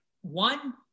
one